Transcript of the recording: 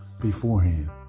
beforehand